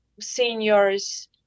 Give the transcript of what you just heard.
seniors